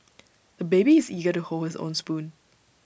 the baby is eager to hold his own spoon